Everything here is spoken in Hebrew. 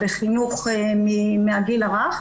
בחינוך מהגיל הרך,